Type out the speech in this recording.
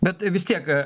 bet vis tiek